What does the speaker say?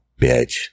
bitch